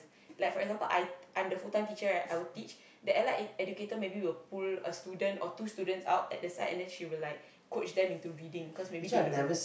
like for example I I'm the full-time teacher right I will teach the allied e~ educator maybe will pull a student or two students out at the side and then she will like coach them into reading cause maybe they don't know